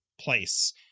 place